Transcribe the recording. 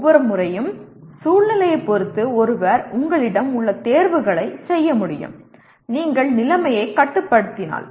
ஒவ்வொரு முறையும் சூழ்நிலையைப் பொறுத்து ஒருவர் உங்களிடம் உள்ள தேர்வுகளைச் செய்ய முடியும் நீங்கள் நிலைமையைக் கட்டுப்படுத்தினால்